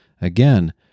Again